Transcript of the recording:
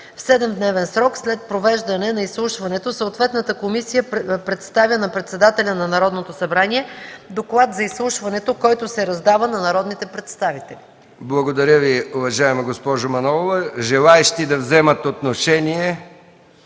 В 7-дневен срок след провеждане на изслушването съответната комисия представя на председателя на Народното събрание доклад за изслушването, който се раздава на народните представители.” ПРЕДСЕДАТЕЛ МИХАИЛ МИКОВ: Благодаря Ви, уважаема госпожо Манолова. Има ли желаещи да вземат отношение?